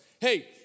hey